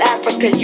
Africa